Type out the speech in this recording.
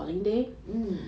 mmhmm